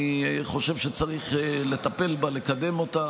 אני חושב שצריך לטפל בה, לקדם אותה.